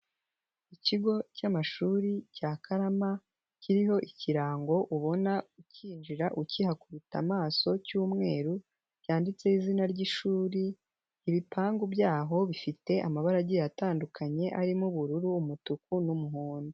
Ikigo cy'amashuri cya Karama kiriho ikirango ubona ukinjira, ukihakubita amaso cy'umweru cyanditseho izina ry'ishuri, ibipangu byaho bifite amabara agiye atandukanye arimo ubururu, umutuku n'umuhondo.